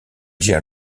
gère